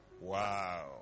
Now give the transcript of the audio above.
Wow